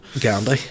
Gandhi